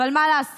אבל מה לעשות?